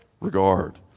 Regard